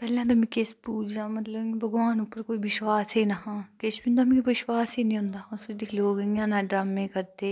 पैह्लैं ते मिगी इस पूजा मतलव इ'यां भगवान उप्पर कोई बिश्वास निं हा किश बी निं मिगी बीश्वास ई निं होंदा अ'ऊं सोचदी ही लोक इ'यां नै डरामे करदे